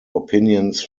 opinions